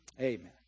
Amen